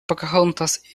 pocahontas